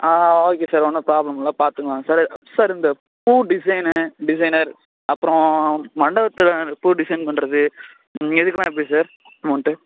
ஆ okay sir ஒன்றும் problem இல்லை பார்த்துக்கலாம் சார் சார் இந்த பூ டிசைனு டிசைனர் அப்பறம் மண்டபத்தில் பூ டிசைன் பண்ணுறது இதுக்கெல்லாம் எப்படி சார் அமௌண்ட்டு